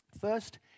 First